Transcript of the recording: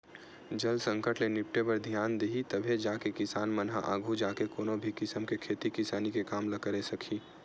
जल संकट ले निपटे बर धियान दिही तभे जाके किसान मन ह आघू जाके कोनो भी किसम के खेती किसानी के काम ल करे सकही